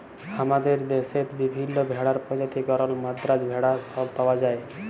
হামাদের দশেত বিভিল্য ভেড়ার প্রজাতি গরল, মাদ্রাজ ভেড়া সব পাওয়া যায়